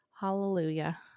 hallelujah